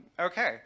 okay